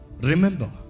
Remember